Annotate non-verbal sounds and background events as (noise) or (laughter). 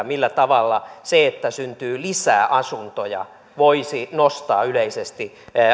(unintelligible) millä tavalla se että syntyy lisää asuntoja voisi nostaa yleisesti